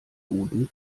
guten